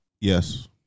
Yes